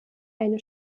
eine